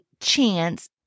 chance